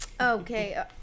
Okay